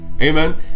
Amen